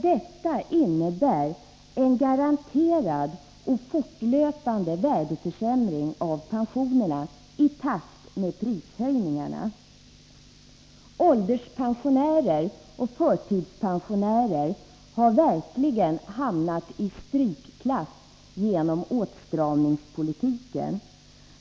Detta innebär en garanterad och fortlöpande värdeförsämring av pensionerna i takt med prishöjningarna. Ålderspensionärer och förtidspensionärer har verkligen hamnat i strykklass genom åtstramningspolitiken.